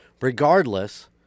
Regardless